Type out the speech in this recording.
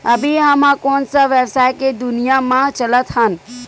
अभी हम ह कोन सा व्यवसाय के दुनिया म चलत हन?